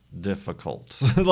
difficult